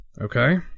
Okay